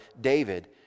David